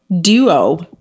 duo